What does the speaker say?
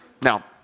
Now